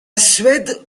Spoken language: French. suède